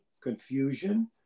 confusion